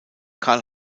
karl